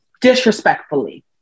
disrespectfully